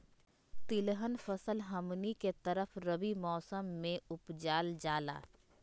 तिलहन फसल हमनी के तरफ रबी मौसम में उपजाल जाला